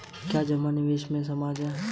क्या जमा निवेश के समान है?